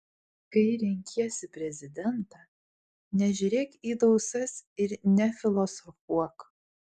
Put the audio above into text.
kai renkiesi prezidentą nežiūrėk į dausas ir nefilosofuok